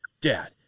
dad